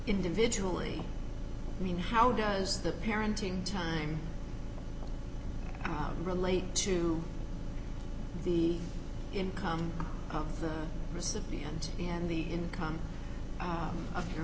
individually i mean how does the parenting time relate to the income of the recipient and the income of your